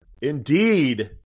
Indeed